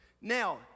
Now